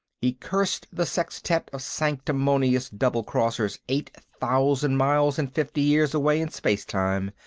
he cursed the sextet of sanctimonious double-crossers eight thousand miles and fifty years away in space-time.